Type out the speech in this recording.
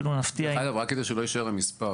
דרך אגב, רק כדי שלא יישאר המספר.